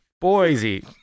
Boise